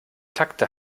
takte